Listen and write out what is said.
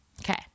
Okay